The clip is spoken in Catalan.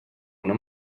una